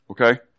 Okay